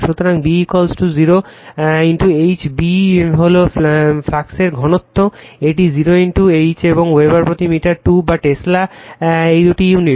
সুতরাং B 0 H B হল ফ্লাক্সের ঘনত্ব এটি 0 H এবং এটি ওয়েবার প্রতি মিটার 2 বা টেসলা এটি ইউনিট